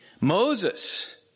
Moses